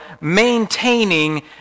maintaining